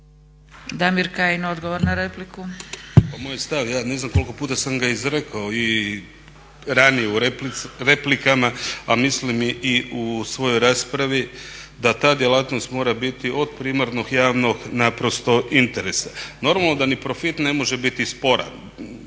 Damir Kajin, odgovor na repliku.